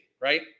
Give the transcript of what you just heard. right